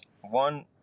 one